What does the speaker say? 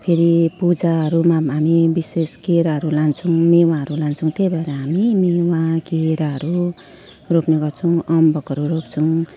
फेरि पूजाहरूमा हामी विशेष केराहरू लान्छौँ मेवाहरू लान्छौँ त्यही भएर हामी मेवा केराहरू रोप्ने गर्छौँ अम्बकहरू रोप्छौँ